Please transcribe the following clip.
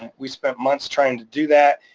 we spent months trying to do that,